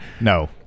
No